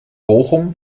bochum